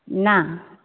ना